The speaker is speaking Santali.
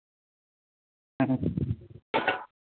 ᱦᱮᱸ